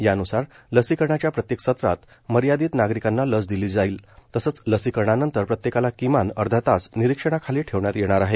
यान्सार लसीकरणाच्या प्रत्येक सत्रात मर्यादित नागरिकांना लस दिली जाईल तसंच लसीकरणानंतर प्रत्येकाला किमान अर्धा तास निरीक्षणाखाली ठेवण्यात येणार आहे